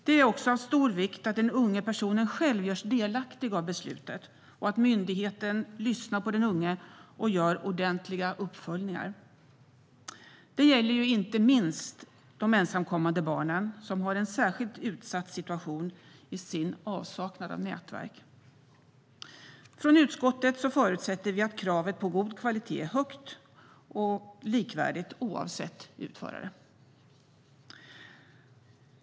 Det är också av stor vikt att den unge personen själv görs delaktig i beslutet och att myndigheten lyssnar på den unge och gör ordentliga uppföljningar. Det gäller inte minst de ensamkommande barnen, som har en särskilt utsatt situation i avsaknad av egna nätverk. Från utskottet förutsätter vi att kravet på god kvalitet är högt och likvärdigt oavsett utförare.